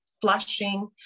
flushing